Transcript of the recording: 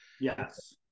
yes